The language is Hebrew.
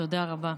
תודה רבה.